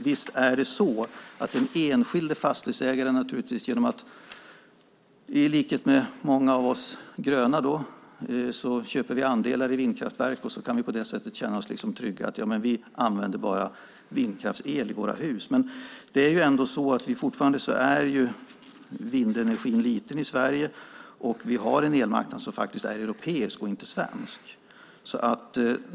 Visst kan den enskilde fastighetsägaren i likhet med många av oss gröna köpa andelar i vindkraftverk och känna sig trygg med att bara använda vindkraftsel. Men vindenergin är fortfarande liten i Sverige, och vi har en elmarknad som är europeisk och inte svensk.